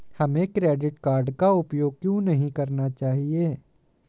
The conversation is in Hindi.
हमें क्रेडिट कार्ड का उपयोग क्यों नहीं करना चाहिए?